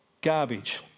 garbage